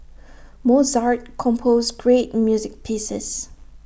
Mozart composed great music pieces